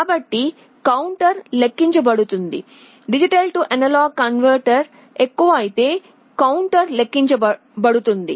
కాబట్టి కౌంటర్ లెక్కించబడుతుంది D A converter ఎక్కువైతే కౌంటర్ లెక్కించబడుతుంది